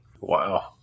Wow